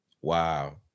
Wow